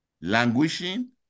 languishing